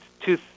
two